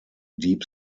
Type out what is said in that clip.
deep